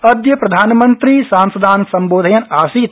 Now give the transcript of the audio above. अद्यप्रधानमन्त्री सांसदान् संबोधयन् आसीत्